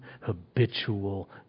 habitual